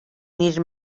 needed